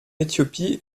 éthiopie